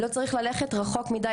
לא צריך ללכת רחוק מידי,